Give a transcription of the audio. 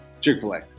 Chick-fil-A